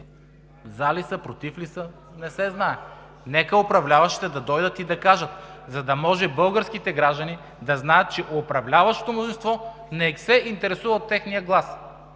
за ли са, против ли са, не се знае. Нека управляващите да дойдат и да кажат, за да могат българските граждани да знаят, че управляващото мнозинство не се интересува от техния глас